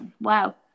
Wow